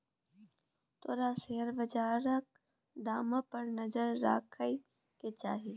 तोरा शेयर बजारक दाम पर नजर राखय केँ चाही